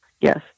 Yes